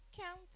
Count